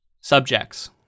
subjects